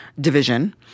division